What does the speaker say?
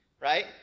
right